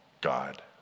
God